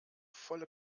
volle